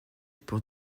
pour